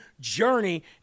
journey